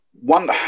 one